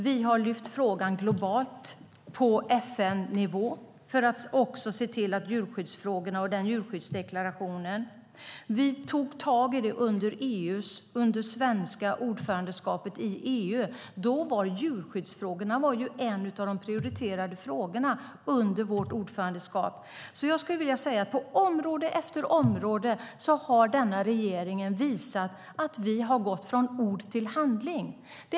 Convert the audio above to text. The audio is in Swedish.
Vi har lyft upp frågan om bland annat djurskyddsdeklarationen globalt på FN-nivå. Vi tog tag i det under det svenska ordförandeskapet i EU. Under vårt ordförandeskap var djurskyddsfrågan en av de prioriterade frågorna. Regeringen har visat att vi har gått från ord till handling på område efter område.